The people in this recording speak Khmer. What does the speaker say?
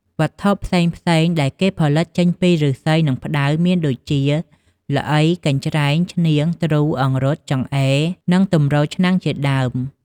វត្ថុផ្សេងៗដែលគេផលិតចេញពីឬស្សីនិងផ្តៅមានដូចជា ល្អី កញ្ច្រែង ឈ្នាង ទ្រូ អង្រុត ចង្អេរ និងទម្រឆ្នាំងជាដើម។